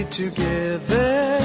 together